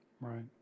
Right